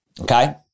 Okay